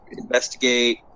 investigate